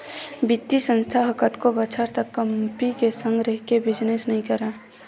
बित्तीय संस्था ह कतको बछर तक कंपी के संग रहिके बिजनेस नइ करय